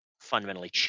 fundamentally